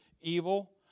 evil